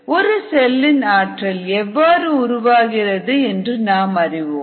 ஒரு செல்லின் ஆற்றல் எவ்வாறு உருவாகிறது என்று நாம் அறிவோம்